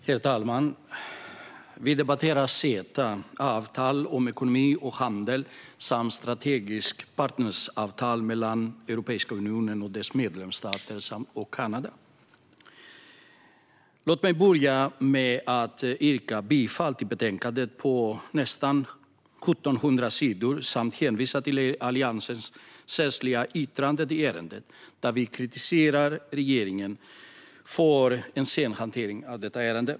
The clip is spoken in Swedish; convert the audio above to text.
Herr talman! Vi debatterar CETA-avtalet om ekonomi och handel samt ett strategiskt partnerskapsavtal mellan Europeiska unionen och dess medlemsstater och Kanada. Låt mig börja med att yrka bifall till förslaget i betänkandet på nästan 1 700 sidor samt hänvisa till Alliansens särskilda yttrande, där vi kritiserar regeringen för en sen hantering av detta ärende.